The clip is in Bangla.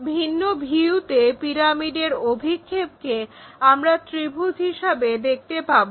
ভিন্ন ভিউতে পিরামিডের অভিক্ষেপকে আমরা ত্রিভুজ হিসেবে দেখতে পাবো